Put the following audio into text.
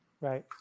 Right